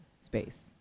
space